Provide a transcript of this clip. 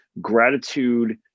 gratitude